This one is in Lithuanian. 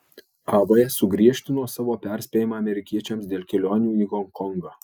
av sugriežtino savo perspėjimą amerikiečiams dėl kelionių į honkongą